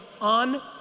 on